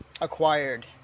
acquired